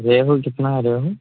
ریہو کتنا ہے ریہو